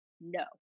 No